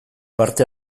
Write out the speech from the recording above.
parte